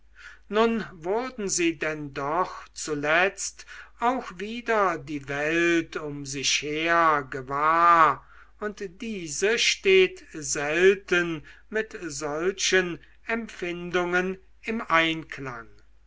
nur wurden sie denn doch zuletzt auch wieder die welt um sich her gewahr und diese steht selten mit solchen empfindungen im einklang